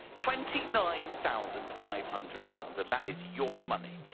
twenty nine thousand five hundred pounds, and that is your money.